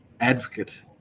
advocate